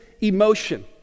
emotion